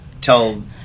tell